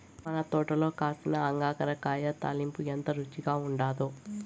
మన తోటల కాసిన అంగాకర కాయ తాలింపు ఎంత రుచిగా ఉండాదో